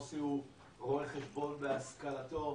מוסי הוא רואה חשבון בהשכלתו,